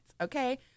Okay